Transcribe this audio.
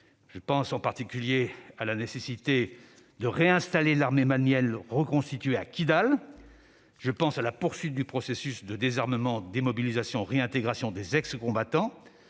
je pense à la nécessité de réinstaller l'armée malienne reconstituée à Kidal ; je pense à la poursuite du processus de désarmement-démobilisation-réintégration des ex-combattants